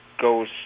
goes